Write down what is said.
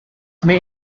may